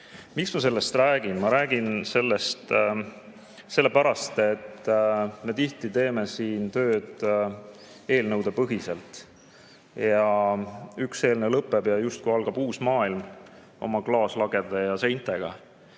Miks ma sellest räägin? Ma räägin sellest sellepärast, et me tihti teeme siin tööd eelnõupõhiselt. Üks eelnõu lõpeb ja justkui algab uus maailm oma klaaslagede ja -seintega.